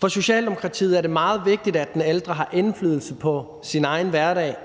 For Socialdemokratiet er det meget vigtigt, at den ældre har indflydelse på sin egen hverdag.